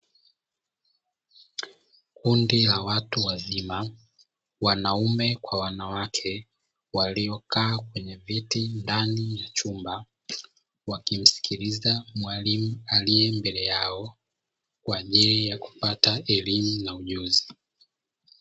Kundi la watu wazima, wanaume kwa wanawake waliokaa kwenye viti ndani ya chumba, wakimsikiliza mwalimu aliye mbele yao kwa ajili ya kupata elimu na ujuzi.